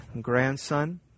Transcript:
grandson